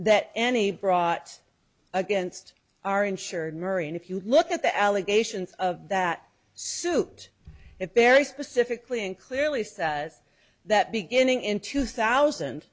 that any brought against our insured murray and if you look at the allegations of that suit it very specifically and clearly says that beginning in two thousand